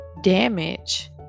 damage